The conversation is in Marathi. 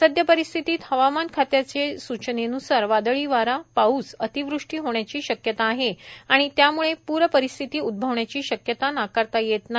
सद्यपरिस्थितीत हवामान खात्याचे सूचनेन्सार वादळी वारा पाऊस अतिवृष्टी होण्याची शक्यता आहे आणि त्याम्ळे प्रपरिस्थिती उद्भवण्याची शक्यता नाकारता येत नाही